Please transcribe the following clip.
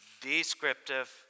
descriptive